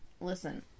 listen